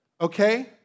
Okay